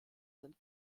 sind